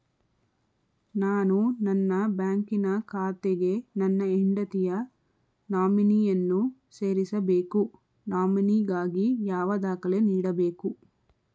ನಾನು ನನ್ನ ಬ್ಯಾಂಕಿನ ಖಾತೆಗೆ ನನ್ನ ಹೆಂಡತಿಯ ನಾಮಿನಿಯನ್ನು ಸೇರಿಸಬೇಕು ನಾಮಿನಿಗಾಗಿ ಯಾವ ದಾಖಲೆ ನೀಡಬೇಕು?